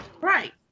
Right